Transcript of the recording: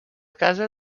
casa